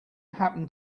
happen